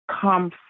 come